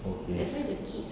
okay